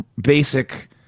basic